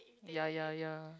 ya ya ya